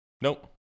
Nope